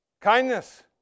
Kindness